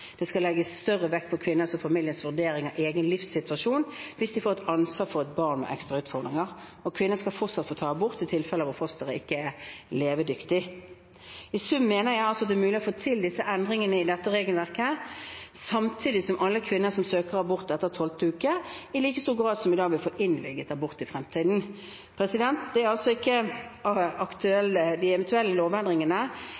Det skal legges større vekt på kvinners og familiers vurdering av egen livssituasjon hvis de får et ansvar for et barn med ekstra utfordringer. Og kvinner skal fortsatt få ta abort i tilfeller hvor fosteret ikke er levedyktig. I sum mener jeg altså det er mulig å få til disse endringene i dette regelverket samtidig som alle kvinner som søker abort etter tolvte uke, i like stor grad som i dag vil få innvilget abort i fremtiden. Det er altså ikke